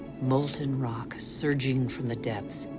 molten rock surging from the depths,